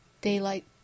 Daylight